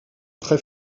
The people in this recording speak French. très